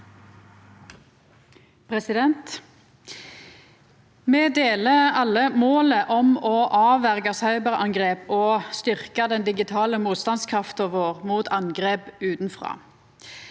Me deler alle målet om å avverja cyberangrep og styrkja den digitale motstandskrafta vår mot angrep utanfrå,